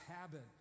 habit